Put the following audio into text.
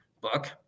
book